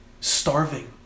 starving